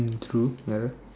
mm true ya